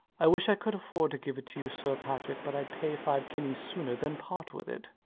i wish i could afford to give it to you, sir patrick. but i'd pay five guineas sooner than part with it.